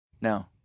No